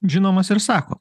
žinomas ir sako